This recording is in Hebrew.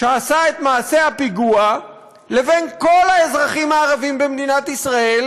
שעשה את מעשה הפיגוע לבין כל האזרחים הערבים במדינת ישראל,